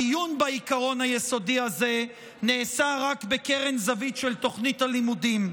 הדיון בעיקרון היסודי הזה נעשה רק בקרן זווית של תוכנית הלימודים.